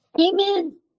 Amen